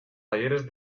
talleres